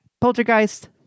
Poltergeist